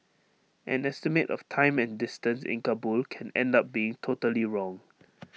an estimate of time and distance in Kabul can end up being totally wrong